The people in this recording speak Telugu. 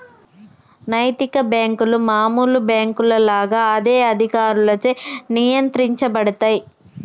నైతిక బ్యేంకులు మామూలు బ్యేంకుల లాగా అదే అధికారులచే నియంత్రించబడతయ్